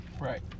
Right